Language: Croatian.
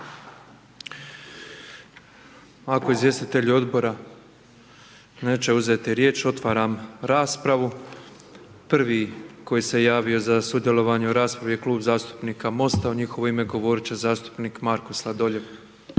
Ako izvjestitelj odbora neće uzeti riječ, otvaram raspravu, prvi koji se javio za sudjelovanje u raspravi je Klub zastupnika MOST-a, u njihovo ime govorit će zastupnik Marko Sladoljev.